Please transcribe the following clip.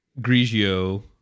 Grigio